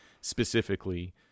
specifically